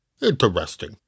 Interesting